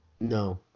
no